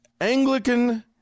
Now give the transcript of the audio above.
Anglican